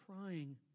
trying